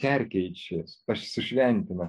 perkeičia tarsi šventina